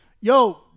yo